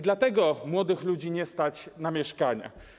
Dlatego młodych ludzi nie stać na mieszkania.